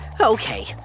Okay